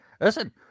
Listen